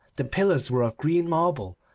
the pillars were of green marble,